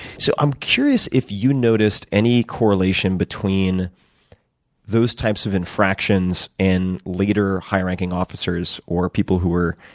so i'm curious if you noticed any correlation between those types of infractions and later high ranking officers or people who were